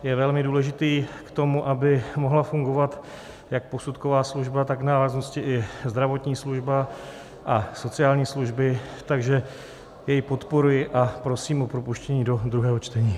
Je velmi důležitý k tomu, aby mohla fungovat jak posudková služba, tak v návaznosti i zdravotní služba a sociální služby, takže jej podporuji a prosím o propuštění do druhého čtení.